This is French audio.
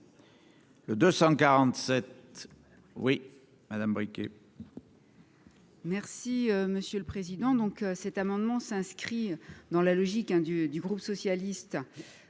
Le 247 oui madame briquet.